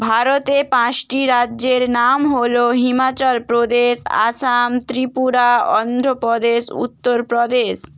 ভারতে পাঁচটি রাজ্যের নাম হলো হিমাচল প্রদেশ আসাম ত্রিপুরা অন্ধ্রপ্রদেশ উত্তরপ্রদেশ